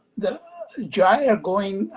the gyre going,